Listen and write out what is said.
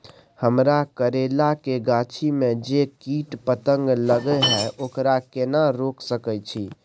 हमरा करैला के गाछी में जै कीट पतंग लगे हैं ओकरा केना रोक सके छी?